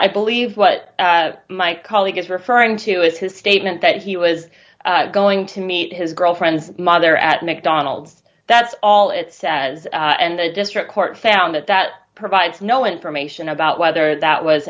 believe what my colleague is referring to is his statement that he was going to meet his girlfriend's mother at mcdonald's that's all it says and the district court found that that provides no information about whether that was